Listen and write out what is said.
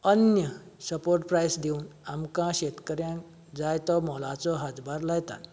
अन्य support price दिवंक आमकां शेतकऱ्यांक जाय तो मोलाचो हातभार लायताता